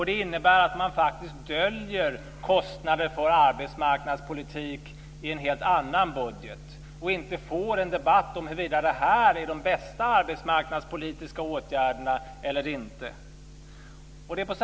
Det innebär att man faktiskt döljer kostnader för arbetsmarknadspolitik i en helt annan budget och inte får en debatt om huruvida detta är de bästa arbetsmarknadspolitiska åtgärderna eller inte. Fru talman!